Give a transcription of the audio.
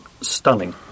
stunning